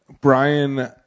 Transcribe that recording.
Brian